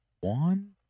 One